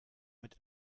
mit